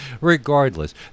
regardless